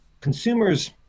consumers